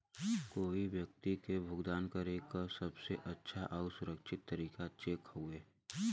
कोई व्यक्ति के भुगतान करे क सबसे अच्छा आउर सुरक्षित तरीका चेक हउवे